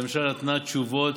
המשלה נתנה תשובות,